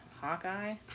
Hawkeye